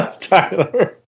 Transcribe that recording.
Tyler